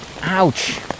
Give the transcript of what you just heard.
ouch